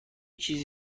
چیزی